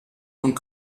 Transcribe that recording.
und